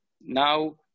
now